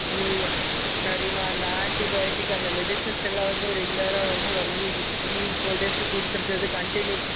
ம் சரிம்மா அந்த ஆண்ட்டி பயோட்டிக் அந்த மெடிசன்ஸ் எல்லாம் வந்து ரெகுலராக வந்து ஒன் வீக்கு த்ரீ ஃபோர் டேஸ்க்கு கொடுத்துருக்கறது கண்ட்டினியூ